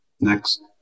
Next